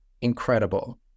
incredible